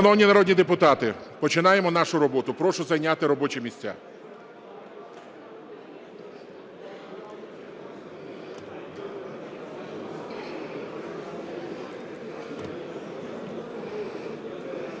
Шановні народні депутати, починаємо нашу роботу. Прошу зайняти робочі місця.